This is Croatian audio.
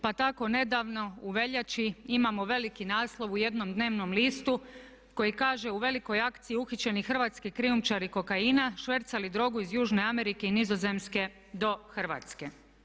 Pa tako nedavno u veljači imamo veliki naslov u jednom dnevnom listu koji kaže u velikoj akciji uhićeni hrvatski krijumčari kokaina, švercali drogu iz južne Amerike i Nizozemske do Hrvatske.